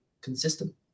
consistent